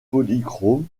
polychromes